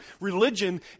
religion